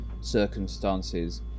circumstances